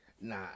Nah